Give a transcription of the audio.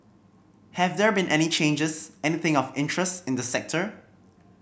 have there been any changes anything of interest in the sector